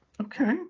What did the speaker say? okay